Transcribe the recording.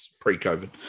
pre-COVID